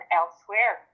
elsewhere